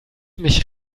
mich